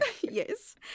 Yes